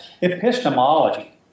epistemology